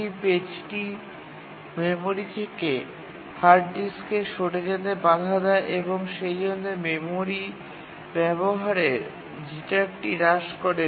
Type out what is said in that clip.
এটি পেজটি মেমরি থেকে হার্ড ডিস্কে সরে যেতে বাধা দেয় এবং সেইজন্য মেমরি ব্যাবহারের জিটারটি হ্রাস করে